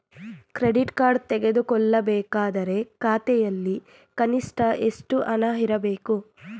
Credit card ತೆಗೆದುಕೊಳ್ಳಬೇಕಾದರೆ ಖಾತೆಯಲ್ಲಿ ಕನಿಷ್ಠ ಎಷ್ಟು ಹಣ ಇರಬೇಕು?